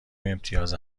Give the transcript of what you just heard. امتیاز